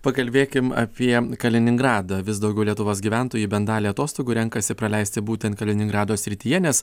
pakalbėkim apie kaliningradą vis daugiau lietuvos gyventojų bent dalį atostogų renkasi praleisti būtent kaliningrado srityje nes